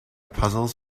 puzzles